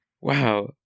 Wow